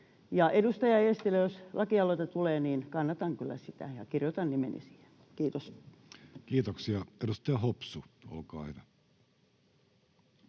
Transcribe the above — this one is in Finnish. Edustaja Eestilä, jos lakialoite tulee, niin kannatan kyllä sitä ja kirjoitan nimeni siihen. — Kiitos. Kiitoksia. — Edustaja Hopsu, olkaa hyvä.